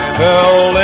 fell